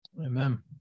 Amen